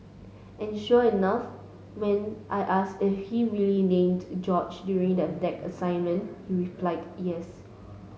and sure enough when I asked if he really named George during the deck assessment he replied yes